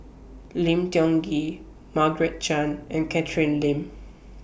Lim Tiong Ghee Margaret Chan and Catherine Lim